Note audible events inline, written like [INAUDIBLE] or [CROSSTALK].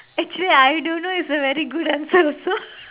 actually I don't know it's a very good answer also [LAUGHS]